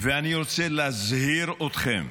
ואני רוצה להזהיר אתכם,